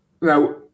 now